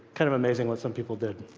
kind of amazing what some people did.